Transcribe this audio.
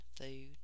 food